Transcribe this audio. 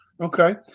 Okay